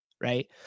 right